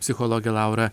psichologė laura